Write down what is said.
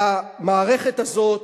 והמערכת הזאת